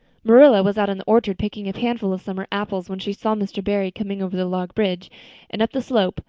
marilla was out in the orchard picking a panful of summer apples when she saw mr. barry coming over the log bridge and up the slope,